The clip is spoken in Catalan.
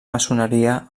maçoneria